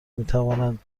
میتوانند